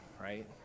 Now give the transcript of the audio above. right